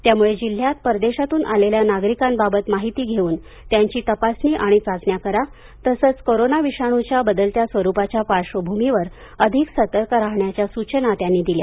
त्यामुळे जिल्ह्यात परदेशातून आलेल्या नागरिकांबाबत माहिती घेऊन त्यांची तपासणी आणि चाचण्या करा तसेच कोरोना विषाणूच्या बदलत्या स्वरुपाच्या पार्श्वभूमीवर अधिक सतर्क राहण्याच्या सूचना त्यांनी दिल्या